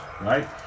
right